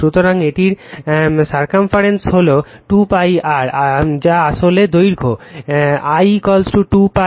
সুতরাং এটির সারকাম্ফেরেন্স হল 2 π r যা আসলে দৈর্ঘ্য l 2 π r